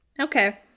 Okay